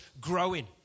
growing